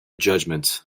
judgement